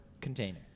container